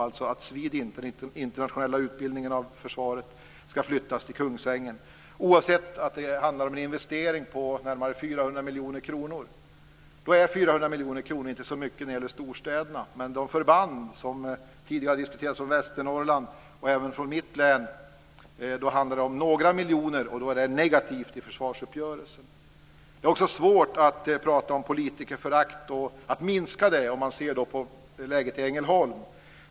Man föreslår att SWEDINT, dvs. den internationella utbildningen inom försvaret, ska flyttas till Kungsängen. Det görs oavsett att det handlar om en investering på närmare 400 miljoner kronor. När det gäller storstäderna är 400 miljoner inte så mycket. För de förband som tidigare diskuterats som finns i Västernorrland och även i mitt hemlän handlar det om några miljoner, men då blir det negativt besked i försvarsuppgörelsen. Det är svårt att tala om att minska politikerföraktet när man ser på läget i Ängelholm.